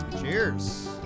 cheers